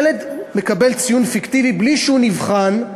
ילד מקבל ציון פיקטיבי, בלי שהוא נבחן,